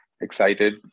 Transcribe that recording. excited